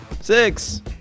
Six